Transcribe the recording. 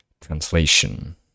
translation